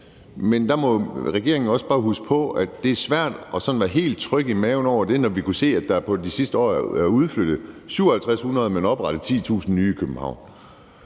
men der må regeringen også bare huske på, at det er svært at være sådan helt tryg i maven over det, når vi kunne se, at der i løbet af de sidste år er udflyttet 5.700 arbejdspladser, men oprettet 10.000 nye i København.